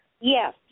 Yes